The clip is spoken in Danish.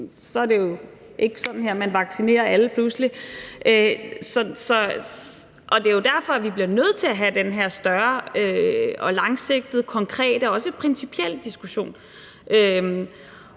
så er det jo ikke sådan, at man pludselig vaccinerer alle, og det er jo derfor, vi bliver nødt til at have den her større og langsigtede konkrete og også principielle diskussion.